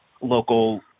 local